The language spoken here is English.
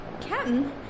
Captain